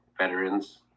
Veterans